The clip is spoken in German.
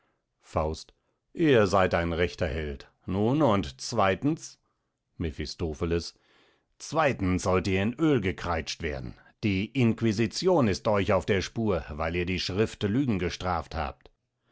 faust ihr seid ein rechter held nun und zweitens mephistopheles zweitens sollt ihr in oel gekreitscht werden die inquisition ist euch auf der spur weil ihr die schrift lügen gestraft habt